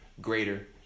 greater